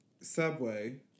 Subway